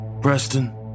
Preston